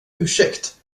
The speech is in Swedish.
ursäkt